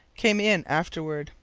came in afterwards.